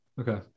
Okay